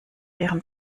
ihren